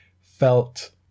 felt